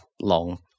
long